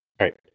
right